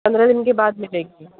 پندرہ دن کے بعد ملے گی